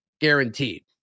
guaranteed